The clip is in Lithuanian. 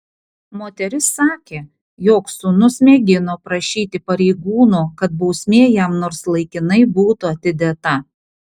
moteris sakė jog sūnus mėgino prašyti pareigūnų kad bausmė jam nors laikinai būtų atidėta